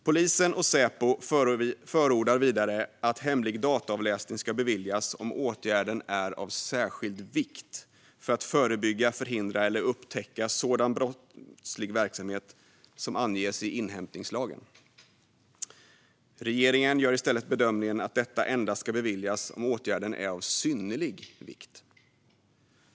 Polisen och Säpo förordar vidare att hemlig dataavläsning ska beviljas om åtgärden är av särskild vikt för att förebygga, förhindra eller upptäcka sådan brottslig verksamhet som anges i inhämtningslagen. Regeringen gör i stället bedömningen att detta ska beviljas endast om åtgärden är av synnerlig vikt.